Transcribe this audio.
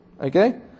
Okay